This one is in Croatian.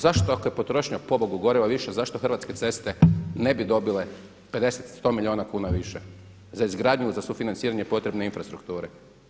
Zašto ako je potrošnja pobogu goriva viša, zašto Hrvatske ceste ne bi dobile 50, 100 milijuna kuna više za izgradnju, za sufinanciranje potrebne infrastrukture.